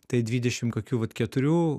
tai dvidešim tokių vat keturių